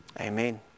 Amen